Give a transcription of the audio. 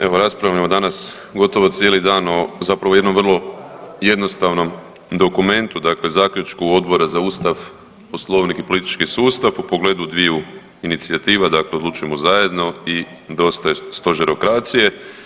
Evo raspravljamo danas gotovo cijeli dan zapravo o jednom vrlo jednostavnom dokumentu, dakle zaključku Odbora za Ustav, Poslovnik i politički sustav u pogledu dviju inicijativa, dakle „Odlučujmo zajedno“ i „Dosta je stožerokracije“